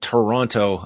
Toronto